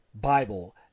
Bible